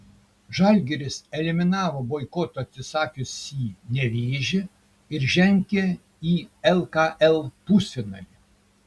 žalgiris eliminavo boikoto atsisakiusį nevėžį ir žengė į lkl pusfinalį